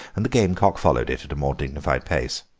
and the gamecock followed it at a more dignified pace.